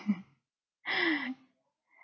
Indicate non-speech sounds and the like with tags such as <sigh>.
<laughs>